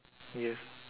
yes